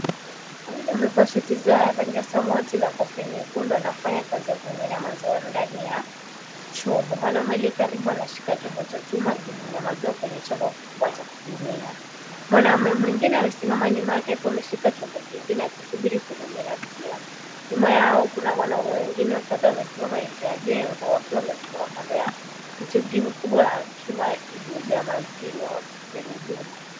Wanaume wawili wamevaa shati za rangi ya samawati na kofia nyekundu, wanafanya kazi ya kumimina maziwa kwenye chombo. Mwanaume aliye karibu anashika chombo cha chuma, akimimina maziwa kwenye chombo kikubwa cha kupimia. Mwanaume mwingine amesimama nyuma yake, akiwa ameshika chombo kingine, akisubiri kumimina pia. Nyuma yao kuna wanaume wengine kadhaa wamesimama nje ya jengo, wakiwa wamesimama kando ya mitungi mikubwa ya chuma iliyojaa maziwa, wakisubiri huduma.